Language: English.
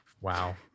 Wow